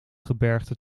gebergte